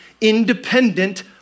independent